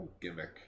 gimmick